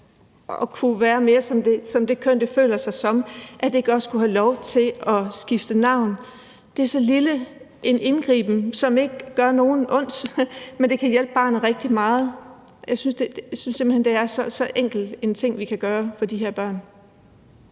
at kunne være mere som det køn, de føler sig som, ikke også skulle have lov til at skifte navn. Det er så lille en indgriben, som ikke gør nogen ondt, men som kan hjælpe de børn rigtig meget. Jeg synes simpelt hen, at det er så enkel en ting, som vi kunne gøre for de her børn.